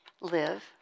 live